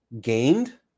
gained